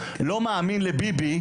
לא מאמין לביבי,